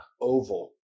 Oval